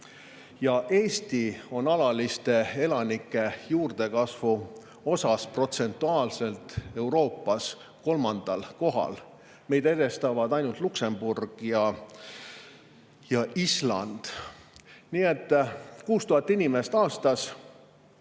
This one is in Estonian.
Eesti on alaliste elanike juurdekasvu puhul protsentuaalselt Euroopas kolmandal kohal. Meid edestavad ainult Luksemburg ja Island. Nii et 6000 inimest aastas,